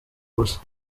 gusa